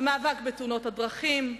המאבק בתאונות הדרכים,